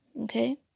Okay